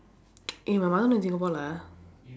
eh my mother not in singapore lah